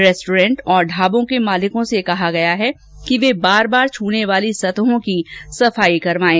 restaurant और ढाबों के मालिकों को कहा गया है कि वे बार बार छूने वाली सतहों की सफाई करवाएं